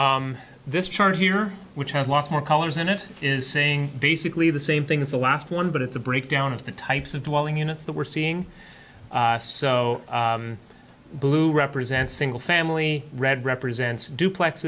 this chart here which has lost more colors than it is saying basically the same thing as the last one but it's a breakdown of the types of dwelling units that we're seeing so blue represent single family red represents duplex